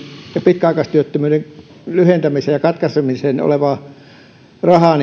ja pitkäaikaistyöttömyyden lyhentämiseen ja katkaisemiseen olevaa rahaa